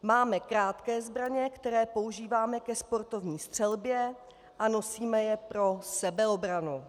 Máme krátké zbraně, které používáme ke sportovní střelbě a nosíme je pro sebeobranu.